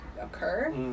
occur